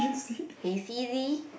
hey Siri